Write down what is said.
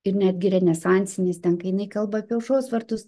ir netgi renesansinės ten kai jinai kalba apie aušros vartus